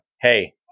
Hey